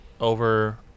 over